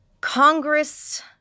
Congress